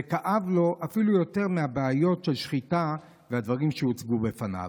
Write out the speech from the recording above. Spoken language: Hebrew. זה כאב לו אפילו יותר מהבעיות של שחיטה והדברים שהוצגו בפניו.